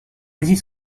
asie